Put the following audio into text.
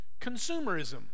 consumerism